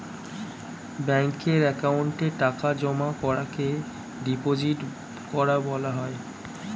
ব্যাঙ্কের অ্যাকাউন্টে টাকা জমা করাকে ডিপোজিট করা বলা হয়